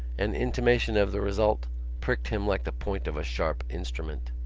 an intimation of the result pricked him like the point of a sharp instrument.